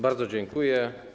Bardzo dziękuję.